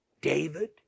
David